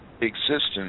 existence